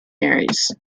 marys